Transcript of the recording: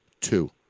Two